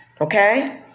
Okay